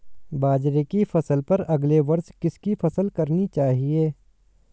बाजरे की फसल पर अगले वर्ष किसकी फसल करनी चाहिए?